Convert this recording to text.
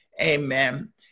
Amen